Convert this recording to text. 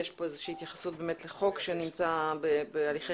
יש פה איזושהי התייחסות לחוק שנמצא בהליכי